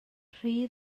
rhy